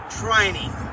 training